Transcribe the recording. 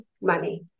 money